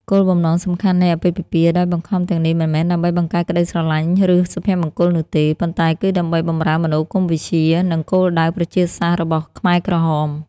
គោលបំណងសំខាន់នៃអាពាហ៍ពិពាហ៍ដោយបង្ខំទាំងនេះមិនមែនដើម្បីបង្កើតក្តីស្រឡាញ់ឬសុភមង្គលនោះទេ ប៉ុន្តែគឺដើម្បីបម្រើមនោគមវិជ្ជា និងគោលដៅប្រជាសាស្ត្ររបស់ខ្មែរក្រហម។